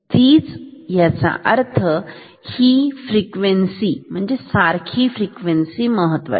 तीच म्हणजे सारखी फ्रिक्वेन्सी महत्वाची